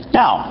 now